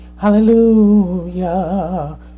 Hallelujah